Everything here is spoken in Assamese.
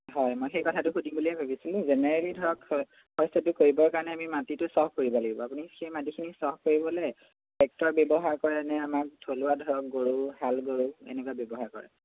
হয় মই সেই কথাটো সুধিম বুলিয়ে ভাবিছিলোঁ জেনেৰেলি ধৰক শস্যটো কৰিবৰ কাৰণে আমি মাটিটো চফ্ট কৰিব লাগিব আপুনি সেই মাটিখিনি চফ্ট কৰিবলৈ ট্ৰেক্টৰ ব্যৱহাৰ কৰে নে আমাক থলুৱা ধৰক গৰু হাল গৰু এনেকুৱা ব্যৱহাৰ কৰে